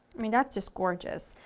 i mean that's just gorgeous.